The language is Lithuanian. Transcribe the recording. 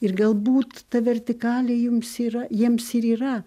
ir galbūt ta vertikalė jums yra jiems ir yra